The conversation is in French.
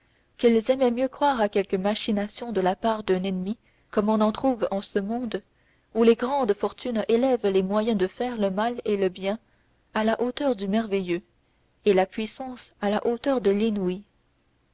qu'ils aimaient mieux croire à quelque machination de la part d'un ennemi comme on en trouve en ce monde où les grandes fortunes élèvent les moyens de faire le mal et le bien à la hauteur du merveilleux et la puissance à la hauteur de l'inouï